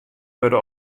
wurde